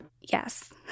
Yes